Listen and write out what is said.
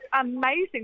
amazing